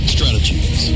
Strategies